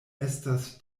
estas